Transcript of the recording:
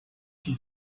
que